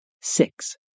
Six